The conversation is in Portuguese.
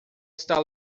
está